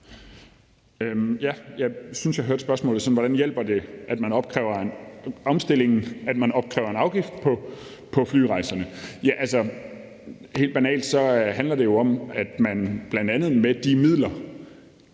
Jeg synes, jeg hørte spørgsmålet sådan: Hvordan hjælper det omstillingen, at man opkræver en afgift på flyrejser? Altså, helt banalt handler det jo om, at man bl.a. med de midler